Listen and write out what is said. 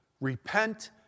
Repent